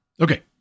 Okay